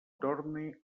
torne